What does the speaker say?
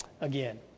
again